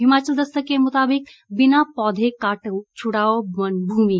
हिमाचल दस्तक के मुताबिक बिना पौधे काटे छ्ड़ाओ वन भूमि